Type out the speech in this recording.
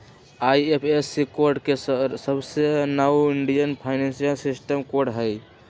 IFSC code के सऊसे नाओ इंडियन फाइनेंशियल सिस्टम कोड हई